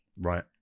right